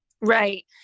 Right